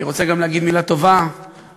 אני רוצה לומר גם להגיד מילה טובה לאיש